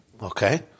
okay